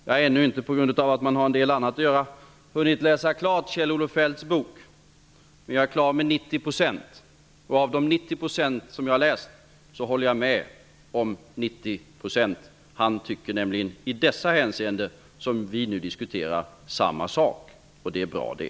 Jag har på grund av att jag har en del annat att göra ännu inte hunnit läsa klart Kjell-Olof Feldts bok, men jag är klar med 90 %. Av de 90 % jag har läst håller jag med om 90 %. Han tycker nämligen i de hänseenden vi nu diskuterar samma sak. Det är bra det.